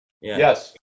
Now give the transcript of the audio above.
Yes